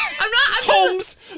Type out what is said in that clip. Holmes